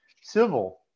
Civil